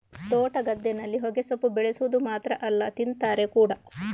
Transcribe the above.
ತೋಟ, ಗದ್ದೆನಲ್ಲಿ ಹೊಗೆಸೊಪ್ಪು ಬೆಳೆವುದು ಮಾತ್ರ ಅಲ್ಲ ತಿಂತಾರೆ ಕೂಡಾ